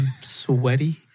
sweaty